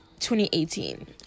2018